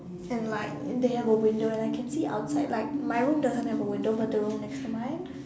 and like they have a window and I can see outside like my room doesn't have a window but the room next to mine